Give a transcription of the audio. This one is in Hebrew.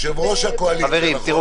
כן, בבקשה, יושב-ראש הקואליציה.